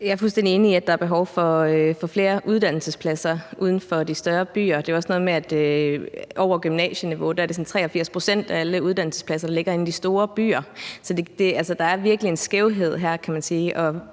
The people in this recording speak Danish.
Jeg er fuldstændig enig i, at der er behov for flere uddannelsespladser uden for de større byer. Det er også noget med, at det er 83 pct. af alle uddannelsespladser over gymnasieniveau, der ligger inde i de store byer. Så der er virkelig en skævhed her. Så det her